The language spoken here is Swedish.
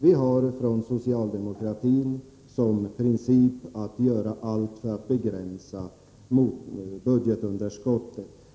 Vi har inom socialdemokratin som princip att göra allt för att begränsa budgetunderskottet.